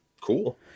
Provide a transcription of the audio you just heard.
cool